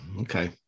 okay